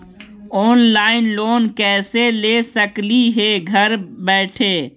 Online loan कैसे ले सकली हे घर बैठे?